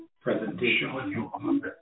presentation